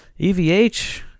EVH